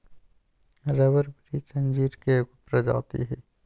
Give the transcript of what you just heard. rubber वृक्ष अंजीर के एगो प्रजाति हइ